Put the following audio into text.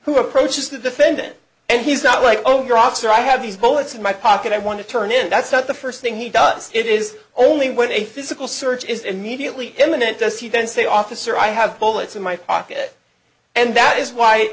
who approaches the defendant and he's not like oh you're out so i have these bullets in my pocket i want to turn in that's not the first thing he does it is only when a physical search is immediately imminent does he then say officer i have bullets in my pocket and that is why